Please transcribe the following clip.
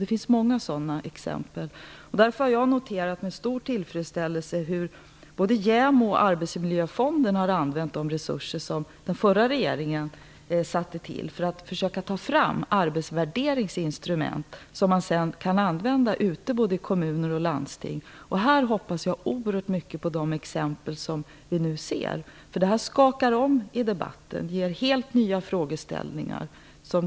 Det finns många sådana exempel. Därför har jag noterat med stor tillfredsställelse hur både JämO och Arbetsmiljöfonden har använt de resurser som den förra regeringen satte till för att försöka ta fram arbetsvärderingsinstrument som kan användas av kommuner och landsting. Här hoppas jag oerhört mycket på de exempel vi ser. Debatten skakas om, och helt nya frågeställningar kommer fram.